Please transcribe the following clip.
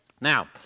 Now